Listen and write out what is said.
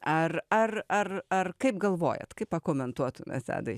ar ar ar ar kaip galvojat kaip pakomentuotumėt tadai